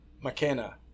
McKenna